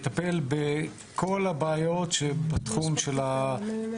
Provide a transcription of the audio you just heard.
זיקקנו את זה והגשנו